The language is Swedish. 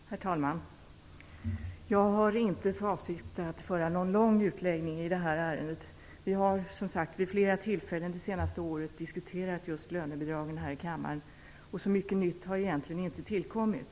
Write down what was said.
Herr talman! Jag har inte för avsikt att ha en lång utläggning i detta ärende. Vi har, som sagt, vid flera tillfällen under det senaste året här i kammaren diskuterat just lönebidragen, och så mycket nytt har egentligen inte tillkommit.